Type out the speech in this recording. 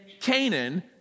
Canaan